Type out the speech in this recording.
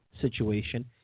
situation